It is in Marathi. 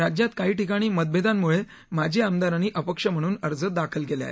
राज्यात काही ठिकाणी मतभेदांम्ळे माजी आमदारांनी अपक्ष म्हणून अर्ज दाखल केले आहेत